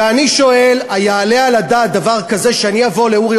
ואני שואל: היעלה על הדעת דבר כזה שאני אבוא לאורי